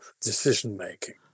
decision-making